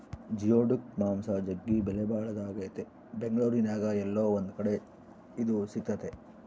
geoduck ಮಾಂಸ ಜಗ್ಗಿ ಬೆಲೆಬಾಳದಾಗೆತೆ ಬೆಂಗಳೂರಿನ್ಯಾಗ ಏಲ್ಲೊ ಒಂದು ಕಡೆ ಇದು ಸಿಕ್ತತೆ